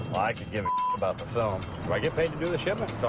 i could give a about the film. do i get paid to do the shipment?